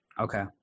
Okay